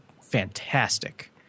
fantastic